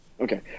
Okay